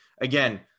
again